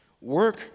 Work